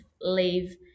leave